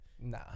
Nah